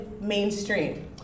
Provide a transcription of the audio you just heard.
mainstream